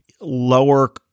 lower